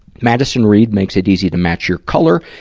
madison reed makes it easy to match your color,